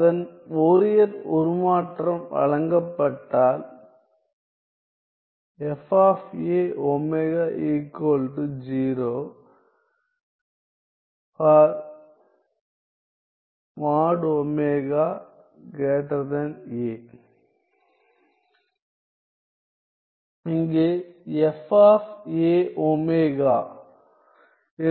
அதன் ஃபோரியர் உருமாற்றம் வழங்கப்பட்டால் for இங்கு